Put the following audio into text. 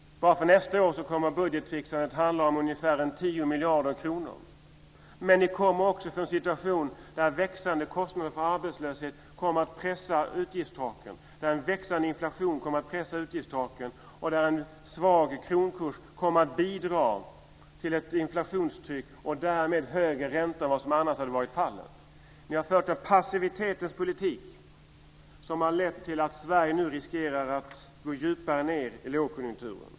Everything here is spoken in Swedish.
Bara för nästa år kommer budgettricksandet att handla om ungefär 10 miljarder kronor. Ni kommer också att få en situation där växande kostnader för arbetslösheten och en växande inflation kommer att pressa utgiftstaken och där en svag kronkurs kommer att bidra till ett inflationstryck och därmed till högre räntor än vad som annars hade varit fallet. Ni har fört en passivitetens politik som har lett till att Sverige nu riskerar att gå djupare ned i lågkonjunkturen.